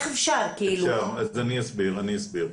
אסביר.